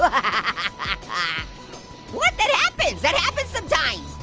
but ah ah what, that happens. that happens sometimes.